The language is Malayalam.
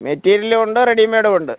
മെറ്റീരിയലും ഉണ്ട് റെഡി മേയ്ഡും ഉണ്ട്